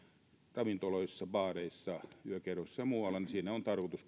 ravintoloissa baareissa yökerhoissa ja muualla niin siinä on ihmisten tarkoitus